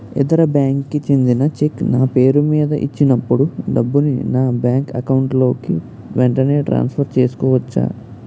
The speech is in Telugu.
ఇతర బ్యాంక్ కి చెందిన చెక్ నా పేరుమీద ఇచ్చినప్పుడు డబ్బుని నా బ్యాంక్ అకౌంట్ లోక్ వెంటనే ట్రాన్సఫర్ చేసుకోవచ్చా?